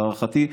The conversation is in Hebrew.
להערכתי,